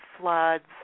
floods